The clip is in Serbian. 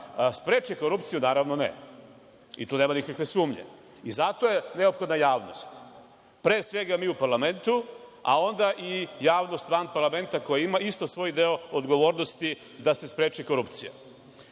spreči korupciju. Naravno, ne i tu nema nikakve sumnje i zato je neophodna javnost. Pre svega mi u parlamentu, a onda i javnost van parlamenta koji ima isto svoj deo odgovornosti da se spreči korupcija. Kad